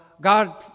God